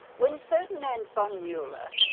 when ferdinand von mueller,